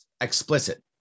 explicit